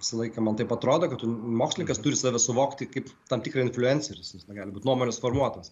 visą laiką man taip atrodo kad mokslininkas turi save suvokti kaip tam tikrą infliuencerį gali būti nuomonės formuotojas